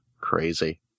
Crazy